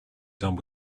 done